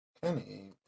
Kenny